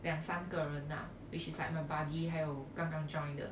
两三个啦 which is like my buddy 还有刚刚 join 的